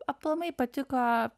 aplamai patiko